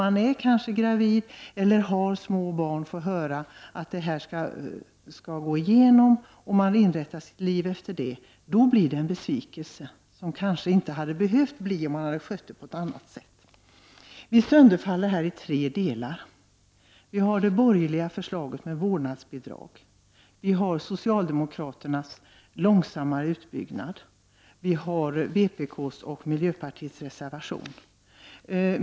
Men om den som är gravid eller har små barn inrättar sitt liv efter det som sagts i valrörelsen och sedan får höra att löftet inte kan uppfyllas, då blir det en besvikelse som inte hade behövt uppstå, om saken hade skötts på ett annat sätt. Utskottsbetänkandet sönderfaller här i tre delar: dels det borgerliga förslaget med vårdnadsbidrag, dels socialdemokraternas långsammare utbyggnad, dels vpk:s och miljöpartiets reservation.